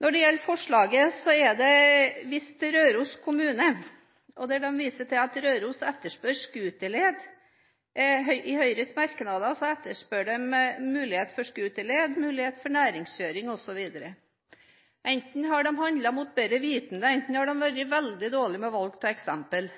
Når det gjelder forslaget, er det vist til Røros kommune. Man viser til at Røros etterspør scooterled. I Høyres merknader etterspør de muligheter for scooterled, mulighet for næringskjøring osv. Enten har de handlet mot bedre vitende eller så har de vært veldig dårlig til å velge eksempel.